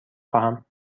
خواهم